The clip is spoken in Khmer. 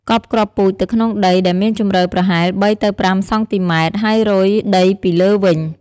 កប់គ្រាប់ពូជទៅក្នុងដីដែលមានជម្រៅប្រហែល ៣ ទៅ ៥ សង់ទីម៉ែត្រ ហើយរោយដីពីលើវិញ។